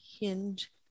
hinge